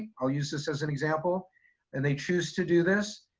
i'll use this as an example and they choose to do this.